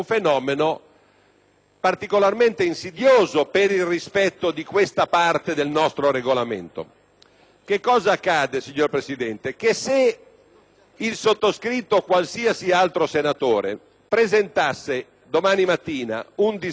particolarmente insidioso per il rispetto di questa parte del nostro Regolamento. Cosa accade, signor Presidente? Che se il sottoscritto, o qualsiasi altro senatore, presentasse domani mattina un disegno di legge